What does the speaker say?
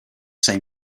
same